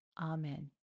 Amen